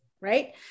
right